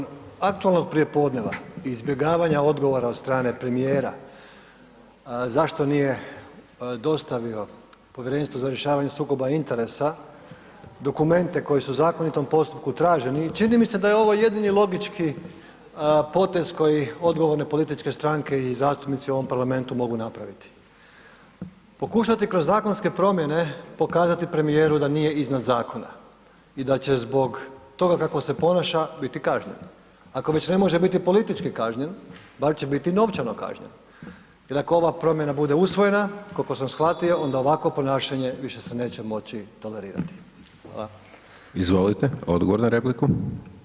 Kolega Bernardić, nakon aktualnog prijepodneva i izbjegavanja odgovora od strane premijera zašto nije dostavio Povjerenstvu za rješavanje sukoba interesa dokumente koji su u zakonitom postupku traženi, čini mi se da je ovo jedini logički potez koji odgovorne političke stranke i zastupnici u ovom parlamentu mogu napraviti, pokušati kroz zakonske promjene pokazati premijeru da nije iznad zakona i da će zbog toga kako se ponaša biti kažnjen, ako već ne može biti politički kažnjen, bar će biti novčano kažnjen, jel ako ova promjena bude usvojena, koliko sam shvatio onda ovakvo ponašanje više se neće moći tolerirati.